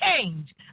change